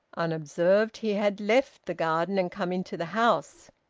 unobserved, he had left the garden and come into the house.